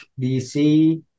dc